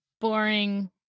boring